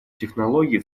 технологий